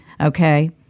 Okay